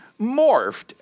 morphed